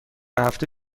هفته